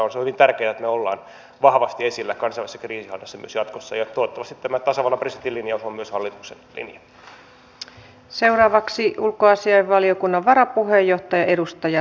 on hyvin tärkeää että me olemme vahvasti esillä kansainvälisessä kriisinhallinnassa myös jatkossa ja toivottavasti tämä tasavallan presidentin linjaus on myös hallituksen linja